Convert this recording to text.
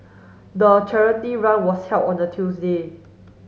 the charity run was held on a Tuesday